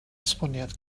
esboniad